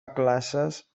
classes